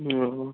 ও